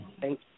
Thank